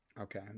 Okay